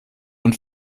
und